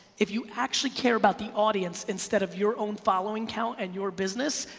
if you actually care about the audience instead of your own following count and your business,